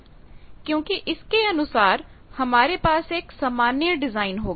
क्योंकि इसके अनुसार हमारे पास एक सामान्य डिजाइन होगा